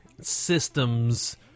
systems